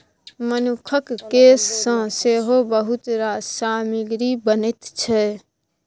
मनुखक केस सँ सेहो बहुत रास सामग्री बनैत छै